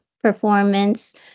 performance